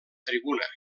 tribuna